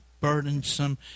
burdensome